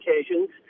occasions